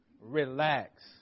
Relax